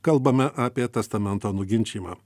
kalbame apie testamento nuginčijimą